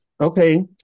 Okay